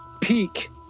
peak